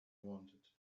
wanted